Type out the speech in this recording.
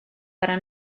para